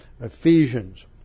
Ephesians